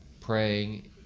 praying